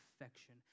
affection